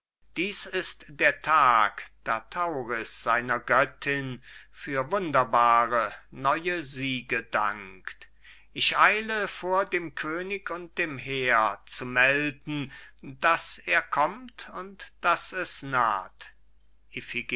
dieß ist der tag da tauris seiner göttin für wunderbare neue siege dankt ich eile vor dem könig und dem heer zu melden daß er kommt und daß es naht